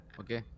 Okay